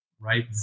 right